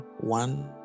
one